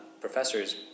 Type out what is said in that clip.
professors